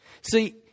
See